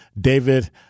David